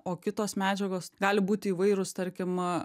o kitos medžiagos gali būti įvairūs tarkim